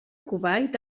kuwait